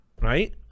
right